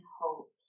hope